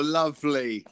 lovely